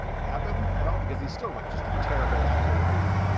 happen at all, because he's still like just a terrible actor who.